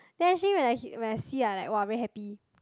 then actually when I when I see I like [wah] very happy